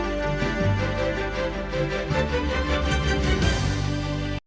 Дякую